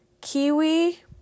kiwi